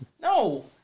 No